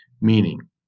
Meaning